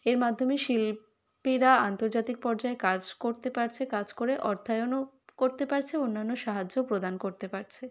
এর মাধ্যমে শিল্পীরা আন্তর্জাতিক পর্যায়ে কাজ করতে পারছে কাজ করে অর্থায়নও করতে পারছে অন্যান্য সাহায্যও প্রদান করতে পারছে